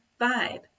vibe